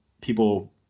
people